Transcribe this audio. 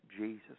Jesus